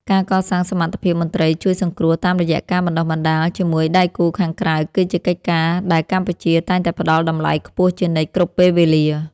ការកសាងសមត្ថភាពមន្ត្រីជួយសង្គ្រោះតាមរយៈការបណ្តុះបណ្តាលជាមួយដៃគូខាងក្រៅ គឺជាកិច្ចការដែលកម្ពុជាតែងតែផ្តល់តម្លៃខ្ពស់ជានិច្ចគ្រប់ពេលវេលា។